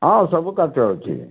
ହଁ ସବୁ କାଠ ଅଛି